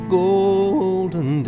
golden